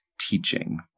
teaching